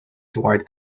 toward